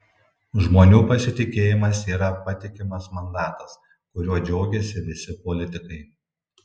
žmonių pasitikėjimas yra patikimas mandatas kuriuo džiaugiasi visi politikai